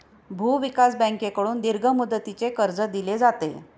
भूविकास बँकेकडून दीर्घ मुदतीचे कर्ज दिले जाते